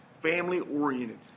family-oriented